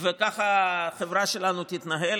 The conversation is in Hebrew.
וככה החברה שלנו תתנהל?